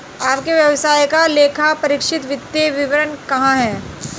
आपके व्यवसाय का लेखापरीक्षित वित्तीय विवरण कहाँ है?